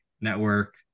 network